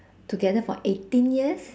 together for eighteen years